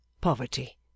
Poverty